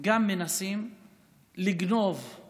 מנסים לגנוב גם